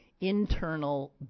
internal